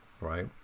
right